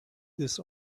this